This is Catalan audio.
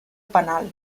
penal